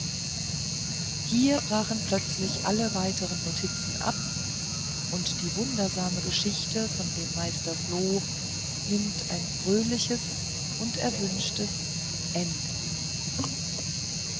hier brachen plötzlich alle weitere notizen ab und die wundersame geschichte von dem meister floh nimmt ein fröhliches und erwünschtes ende